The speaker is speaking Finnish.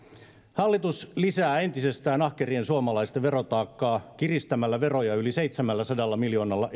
hallitus lisää entisestään ahkerien suomalaisten verotaakkaa kiristämällä veroja yli seitsemälläsadalla miljoonalla